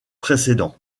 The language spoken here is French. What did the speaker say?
précédent